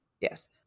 yes